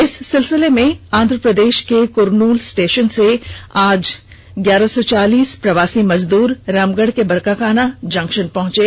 इस सिलसिले में आंध्र प्रदेश के कुरन्नुल स्टेशन से आज ग्यारह सौ चालीस प्रवासी मजदूर रामगढ़ के बरकाकाना जंक्शन पहँचे